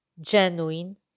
genuine